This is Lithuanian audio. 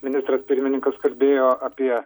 ministras pirmininkas kalbėjo apie